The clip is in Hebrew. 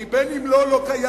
כי אם "בין אם לא" לא קיים,